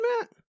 matt